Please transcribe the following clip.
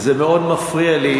וזה מאוד מפריע לי.